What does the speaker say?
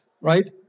right